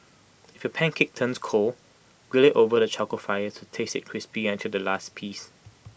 if your pancake turns cold grill IT over the charcoal fire to taste IT crispy until the last piece